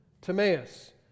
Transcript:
Timaeus